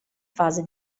fase